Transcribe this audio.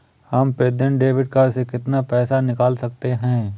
हम प्रतिदिन debit card से कितना पैसा निकाल सकते हैं?